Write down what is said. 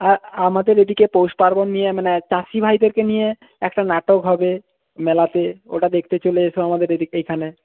আমাদের এদিকে পৌষ পার্বন নিয়ে মানে চাষি ভাইদেরকে নিয়ে একটা নাটক হবে মেলাতে ওটা দেখতে চলে এসো আমাদের এইখানে